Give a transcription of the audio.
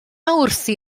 wrthi